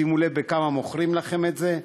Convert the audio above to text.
ושימו לב בכמה מוכרים לכם את זה,